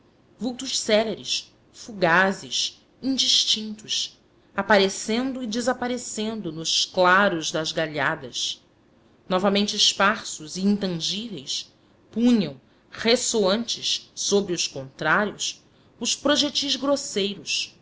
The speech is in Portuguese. vultos céleres fugazes indistintos aparecendo e desaparecendo nos claros das galhadas novamente esparsos e intangíveis punham ressoantes sobre os contrários os projetis grosseiros